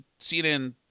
CNN